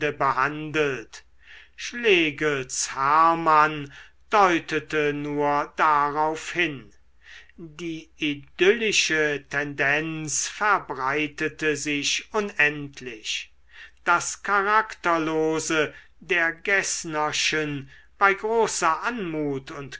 behandelt schlegels herrmann deutete nur darauf hin die idyllische tendenz verbreitete sich unendlich das charakterlose der geßnerschen bei großer anmut und